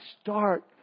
start